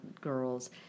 girls